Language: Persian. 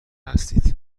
هستید